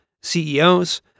CEOs